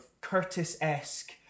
Curtis-esque